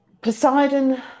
Poseidon